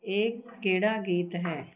ਇਹ ਕਿਹੜਾ ਗੀਤ ਹੈ